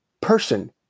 person